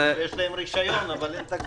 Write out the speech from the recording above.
יש להם רישיון אבל אין תקציב,